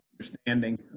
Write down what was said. understanding